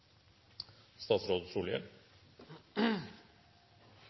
statsråd